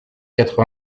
quatre